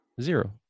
zero